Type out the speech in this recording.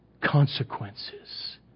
consequences